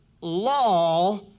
law